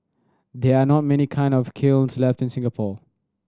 there are not many kilns left in Singapore